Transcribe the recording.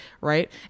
right